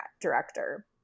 director